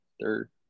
Third